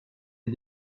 est